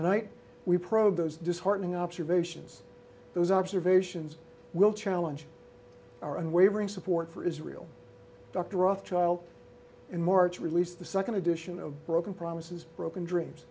those disheartening observations those observations will challenge our unwavering support for israel doctoroff trial and march release the second edition of broken promises broken dreams